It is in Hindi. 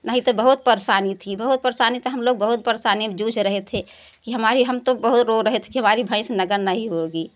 नहीं त बहुत परेशानी थी बहुत परेशानी त हम लोग बहुत परेशानी से जूझ रहे थे कि हमारी हम तो बहुत रो रहे थे की हमारी भैंस नगद नही होगी